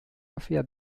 mafia